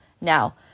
now